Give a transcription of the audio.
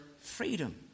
freedom